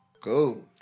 Cool